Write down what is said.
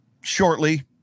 shortly